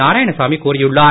நாராயணசாமி கூறியுள்ளார்